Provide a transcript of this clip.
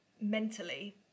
mentally